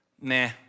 nah